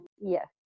Yes